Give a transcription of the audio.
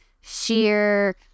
sheer